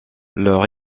leur